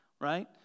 right